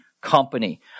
company